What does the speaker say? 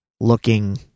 looking